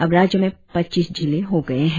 अब राज्य में पच्चीस जिले हो गये है